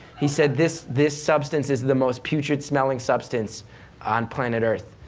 he said this, this substance is the most putrid smelling substance on planet earth,